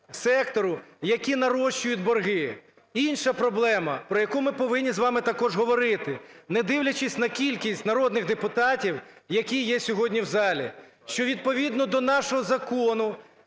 сектору, які нарощують борги. Інша проблема, про яку ми повинні з вами також говорити, не дивлячись на кількість народних депутатів, які є сьогодні в залі, що, відповідно до нашого закону,